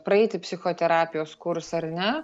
praeiti psichoterapijos kursą ar ne